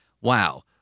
Wow